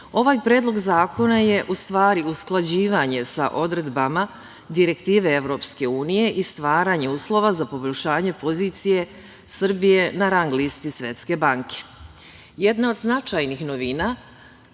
Ovaj predlog zakona je u stvari usklađivanje sa odredbama direktive EU i stvaranje uslova za poboljšanje pozicije Srbije na rang listi Svetske banke. Jedna od značajnih novina